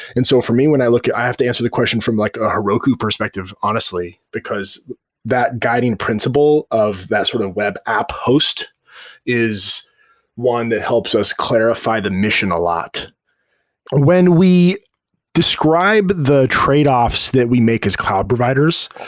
and so for me when i look at i have to answer the question from like a heroku perspective honestly, because that guiding principle of that sort of web app host is one that helps us clarify the mission a lot when we describe the trade-offs that we make as cloud providers,